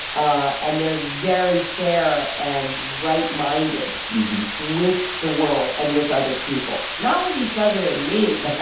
ah and they're very fair and right-minded with the world and with other people, not with each other and me.